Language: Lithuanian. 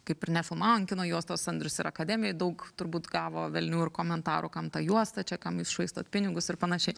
kaip ir nefilmavo ant kino juostos andrius ir akademijoj daug turbūt gavo velnių ir komentarų kam ta juosta čia kam jūs švaistot pinigus ir panašiai